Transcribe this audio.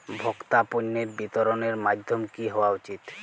ভোক্তা পণ্যের বিতরণের মাধ্যম কী হওয়া উচিৎ?